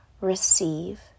receive